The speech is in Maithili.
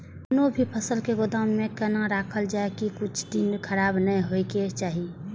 कोनो भी फसल के गोदाम में कोना राखल जाय की कुछ दिन खराब ने होय के चाही?